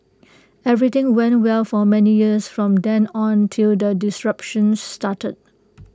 everything went well for many years from then on till the disruptions started